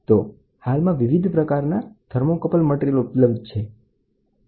તો હાલમાં વિવિધ પ્રકારના કયા થર્મોકપલ પદાર્થો ઉપલબ્ધ છે